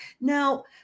Now